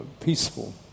peaceful